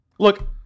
Look